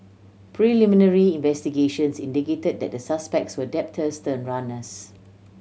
preliminary investigations indicated that the suspects were debtors turn runners